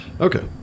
Okay